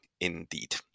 indeed